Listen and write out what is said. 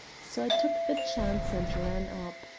so i took the chance and ran up.